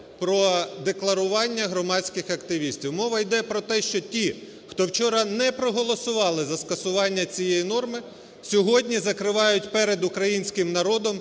про декларування громадських активістів, мова йде про те, що ті, хто вчора не проголосували за скасування цієї норми, сьогодні закривають перед українським народом